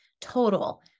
total